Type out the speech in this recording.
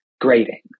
grading